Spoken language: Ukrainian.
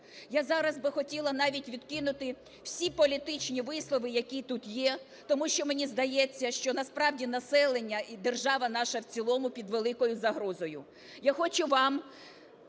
Я зараз би хотіла навіть відкинути всі політичні вислови, які тут є, тому що мені здається, що насправді населення і держава наша в цілому під великою загрозою.